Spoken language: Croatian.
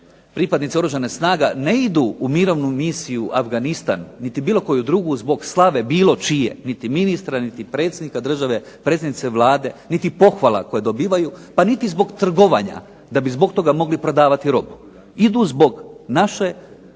pripadnici oružanih snaga ne idu u mirovnu misiju u Afganistan niti bilo koju drugu zbog slave bilo čije niti ministra, niti predsjednika države, predsjednice Vlade niti pohvala koje dobivaju pa niti zbog trgovanja, da bi zbog toga mogli prodavati robu, idu zbog naše vanjske